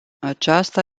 aceasta